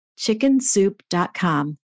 chickensoup.com